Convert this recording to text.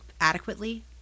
adequately